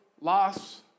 loss